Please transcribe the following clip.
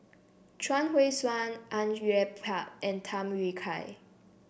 Chuang Hui Tsuan Au Yue Pak and Tham Yui Kai